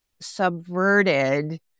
subverted